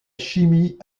chimie